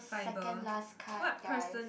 second last card guys